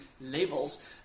levels